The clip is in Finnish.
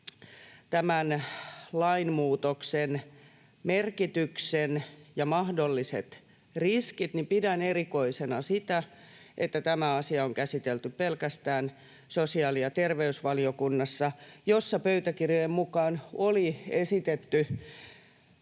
tämän lainmuutoksen merkityksen ja mahdolliset riskit pidän erikoisena sitä, että asia on käsitelty pelkästään sosiaali- ja terveysvaliokunnassa, jossa pöytäkirjojen mukaan oli esitetty